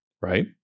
right